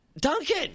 Duncan